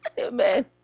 Amen